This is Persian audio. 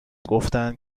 گفتن